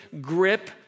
grip